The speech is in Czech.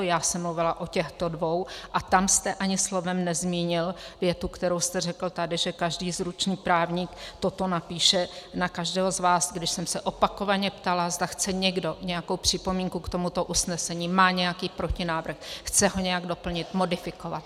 Mluvila jsem o těchto dvou a tam jste ani slovem nezmínil větu, kterou jste řekl tady, že každý zručný právník toto napíše na každého z vás, když jsem se opakovaně ptala, zda chce někdo nějakou připomínku k tomuto usnesení, má nějaký protinávrh, chce ho nějak doplnit, modifikovat.